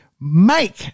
make